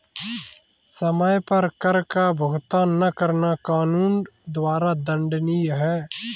समय पर कर का भुगतान न करना कानून द्वारा दंडनीय है